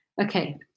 okay